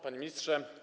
Panie Ministrze!